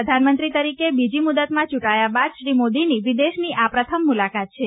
પ્રધાનમંત્રી તરીકે બીજી મુદતમાં ચુંટાયા બાદ શ્રી મોદીની વિદેશની આ પ્રથમ મુલાકાત છે